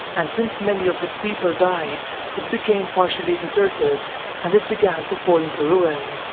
and since many of its people died it became partially deserted and it began to fall into ruin,